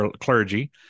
clergy